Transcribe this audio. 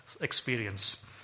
experience